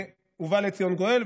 ובא לציון גואל.